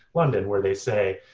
london, where they say,